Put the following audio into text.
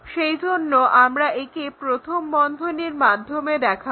সেইজন্য আমরা একে প্রথম বন্ধনীর মাধ্যমে দেখাবো